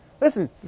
Listen